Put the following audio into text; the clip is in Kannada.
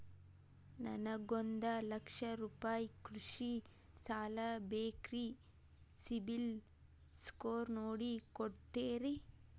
ನನಗೊಂದ ಲಕ್ಷ ರೂಪಾಯಿ ಕೃಷಿ ಸಾಲ ಬೇಕ್ರಿ ಸಿಬಿಲ್ ಸ್ಕೋರ್ ನೋಡಿ ಕೊಡ್ತೇರಿ?